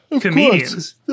comedians